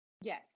Yes